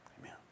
Amen